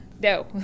No